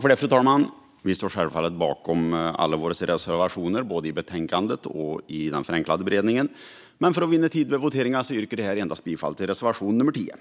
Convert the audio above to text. Fru talman! Vi står självfallet bakom alla våra reservationer både i betänkandet och i den förenklade beredningen, men för att vinna tid vid voteringen yrkar jag här bifall endast till reservation nr 10.